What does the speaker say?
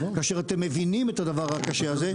כאשר אתם מבינים את הדבר הקשה הזה.